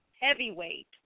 heavyweight